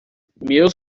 meu